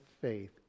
faith